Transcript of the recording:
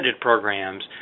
programs